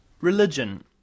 Religion